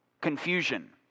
confusion